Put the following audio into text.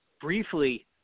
briefly